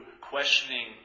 questioning